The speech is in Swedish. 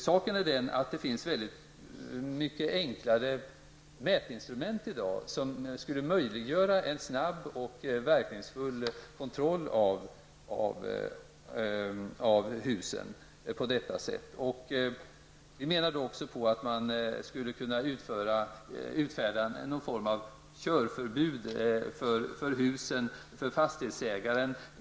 Saken är den att det finns mycket enklare mätinstrument i dag, som på detta sätt skulle möjliggöra en snabb och verkningsfull kontroll av husen. Vi menar också att man skulle kunna utfärda någon form av körförbud för husen gentemot fastighetsägaren.